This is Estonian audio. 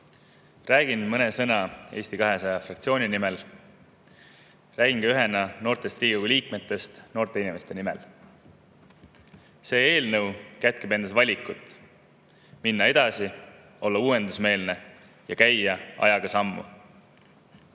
Räägin mõne sõna Eesti 200 fraktsiooni nimel ja räägin ka ühena noortest Riigikogu liikmetest noorte inimeste nimel. See eelnõu kätkeb endas valikut minna edasi, olla uuendusmeelne ja käia ajaga sammu.